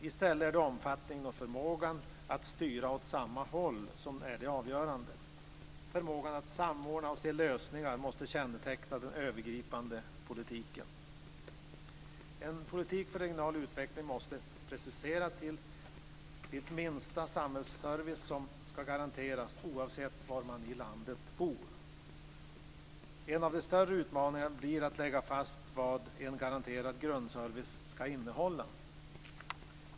I stället är det omfattningen och förmågan att styra åt samma håll som är det avgörande. Förmågan att samordna och se lösningar måste känneteckna den övergripande politiken. En politik för regional utveckling måste precisera vilken minsta samhällsservice som skall garanteras oavsett var i landet man bor. En av de större utmaningarna blir att lägga fast vad en garanterad grundservice skall innehålla.